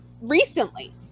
recently